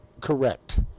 correct